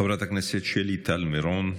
חברת הכנסת שלי טל מירון,